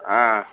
ಹಾಂ